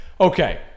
Okay